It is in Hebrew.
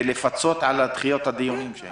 לפצות על דחיית הדיונים.